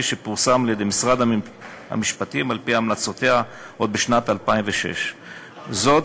שפורסם על-ידי משרד המשפטים על-פי המלצותיה עוד בשנת 2006. זאת,